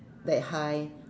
that high